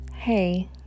hey